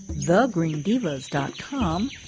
thegreendivas.com